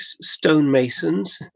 stonemasons